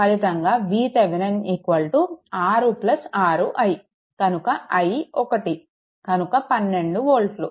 ఫలితంగా VThevenin 6 6i మరియు i 1 కనుక 12 వోల్ట్లు